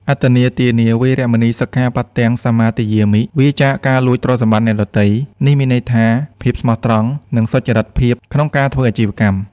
អទិន្នាទានា វេរមណី សិក្ខាបទំ សមាទិយាមិ វៀរចាកការលួចទ្រព្យសម្បត្តិអ្នកដទៃ នេះមានន័យថា ភាពស្មោះត្រង់ និងសុចរិតភាពក្នុងការធ្វើអាជីវកម្ម។